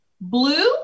Blue